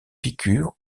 piqûre